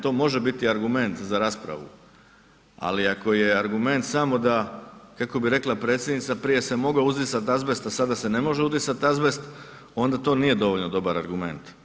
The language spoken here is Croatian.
To može biti argument za raspravu, ali ako je argument samo da, kako bi rekla predsjednica prije se mogao uzdisati azbest, a sada se ne može uzdisati azbest onda to nije dovoljno dobar argument.